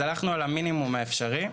הלכנו על המינימום האפשרי.